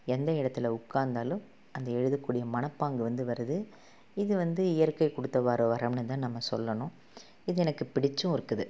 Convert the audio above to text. எந்த இடத்துல உட்காந்தாலும் அந்த எழுத கூடிய மனப்பாங்கு வந்து வருது இது வந்து இயற்கை கொடுத்த ஒரு வரம்ன்னுதான் நம்ம சொல்லணும் இது எனக்கு பிடித்தும் இருக்குது